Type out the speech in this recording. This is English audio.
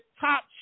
top